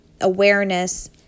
awareness